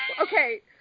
Okay